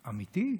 אמיתי?